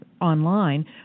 online